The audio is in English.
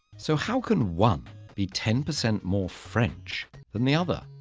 so how can one be ten percent more french than the other?